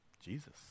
Jesus